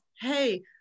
Hey